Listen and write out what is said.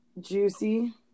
Juicy